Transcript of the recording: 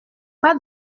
pas